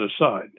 aside